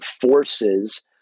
forces